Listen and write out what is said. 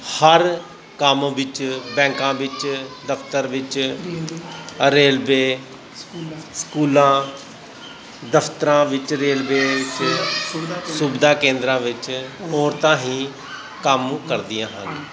ਹਰ ਕੰਮ ਵਿੱਚ ਬੈਂਕਾਂ ਵਿੱਚ ਦਫਤਰ ਵਿੱਚ ਰੇਲਵੇ ਸਕੂਲਾਂ ਦਫਤਰਾਂ ਵਿੱਚ ਰੇਲਵੇ 'ਚ ਸੁਵਿਧਾ ਕੇਂਦਰਾਂ ਵਿੱਚ ਔਰਤਾਂ ਹੀ ਕੰਮ ਕਰਦੀਆਂ ਹਨ